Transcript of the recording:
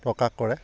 প্ৰকাশ কৰে